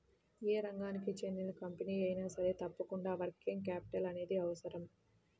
యే రంగానికి చెందిన కంపెనీ అయినా సరే తప్పకుండా వర్కింగ్ క్యాపిటల్ అనేది అవసరం